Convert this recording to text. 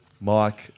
Mike